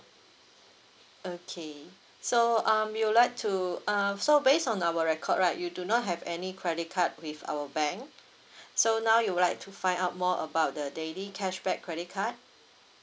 okay so um you would like to uh so based on our record right you do not have any credit card with our bank so now you would like to find out more about the daily cashback credit card